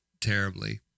terribly